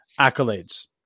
accolades